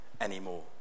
anymore